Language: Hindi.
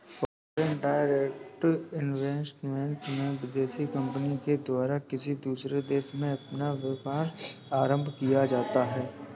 फॉरेन डायरेक्ट इन्वेस्टमेंट में विदेशी कंपनी के द्वारा किसी दूसरे देश में अपना व्यापार आरंभ किया जाता है